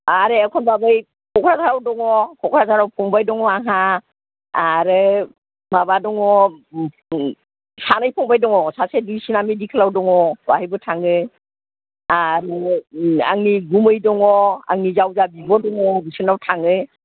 आरो एखमबा बै क'क्राझाराव दङ क'क्राझाराव फंबाय दङ आंहा आरो माबा दङ सानै फंबाय दङ सासे दुइसिना मेडिकेलाव दङ बेहायबो थाङो आरो नङाब्ला आंनि गुमै दङ आंनि जावजा बिब' दङ बिसोरनाव थाङो